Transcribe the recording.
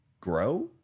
Grow